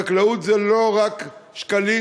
חקלאות זה לא רק שקלים,